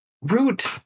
Root